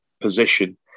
position